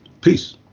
Peace